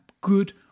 good